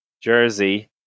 jersey